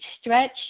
stretch